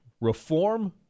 reform